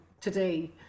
today